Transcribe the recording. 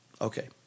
Okay